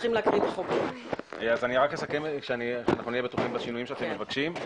רק אסכם כדי שנהיה בטוחים בשינויים שאתם מבקשים,